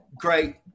Great